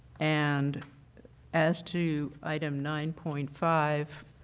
and as to item nine point five,